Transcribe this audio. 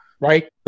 right